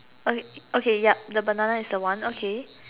okay okay yup the banana is the one okay